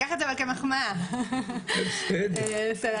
כלומר,